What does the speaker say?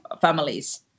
families